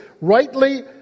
rightly